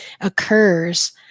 occurs